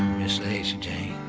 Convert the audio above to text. miss lacy jane